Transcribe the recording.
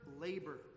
labor